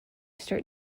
start